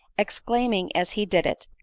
exclaiming as he did it,